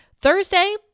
Thursday